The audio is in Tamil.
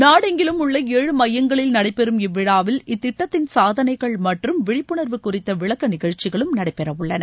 நாடெங்கிலும் உள்ள ஏழு மையங்களில் நடைபெறும் இவ்விழாவில் இத்திட்டத்தின் சாதனைகள் மற்றும் விழிப்புணர்வு குறித்த விளக்க நிகழ்ச்சிகளும் நடைபெற உள்ளன